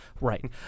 right